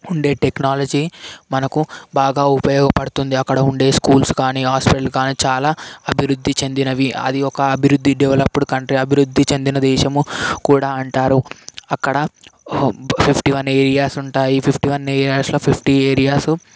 ఉండే టెక్నాలజీ మనకు బాగా ఉపయోగపడుతుంది అక్కడ ఉండే స్కూల్సు కానీ హాస్టల్స్ కానీ చాలా అభివృద్ధి చెందినవి అది ఒక అభివృద్ధి డెవలప్పడ్ కంట్రీ అభివృద్ధి చెందిన దేశము కూడా అంటారు అక్కడ ఫిఫ్టీ వన్ ఏరియాస్ ఉంటాయి ఫిఫ్టీ వన్ ఏరియాస్లో ఫిఫ్టీ ఏరియాస్